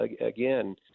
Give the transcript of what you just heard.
again